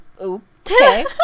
Okay